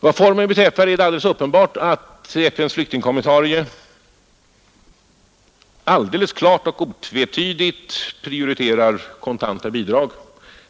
Vad formen beträffar har FN:s flyktingskommissarie klart och otvetydigt prioriterat kontanta bidrag.